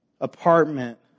apartment